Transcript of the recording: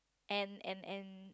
and and and